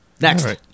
Next